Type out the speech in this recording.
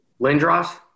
Lindros